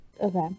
Okay